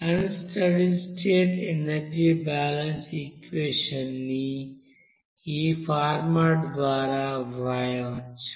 అన్ study state energy balance equation ని ఈ format ద్వారా వ్రాయవచ్చు